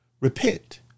repent